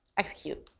execute.